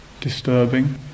disturbing